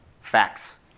facts